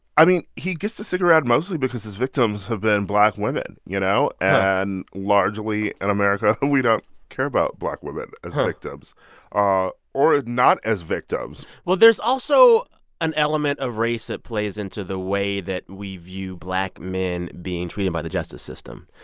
i mean, he gets to stick around mostly because his victims have been black women, you know? and largely, in america, we don't care about black women as victims ah or ah not as victims well, there's also an element of race that plays into the way that we view black men being treated by the justice system.